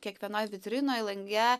kiekvienoj vitrinoj lange